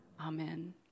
Amen